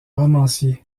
romancier